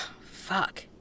Fuck